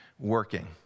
Working